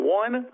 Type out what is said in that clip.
one